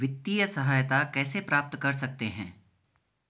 वित्तिय सहायता कैसे प्राप्त कर सकते हैं?